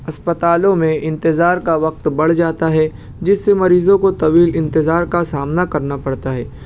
اسپتالوں میں انتظار کا وقت بڑھ جاتا ہے جس سے مریضوں کو طویل انتظار کا سامنا کرنا پڑتا ہے